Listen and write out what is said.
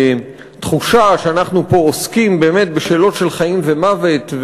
תחושה שאנחנו פה עוסקים באמת בשאלות של חיים ומוות,